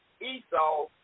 Esau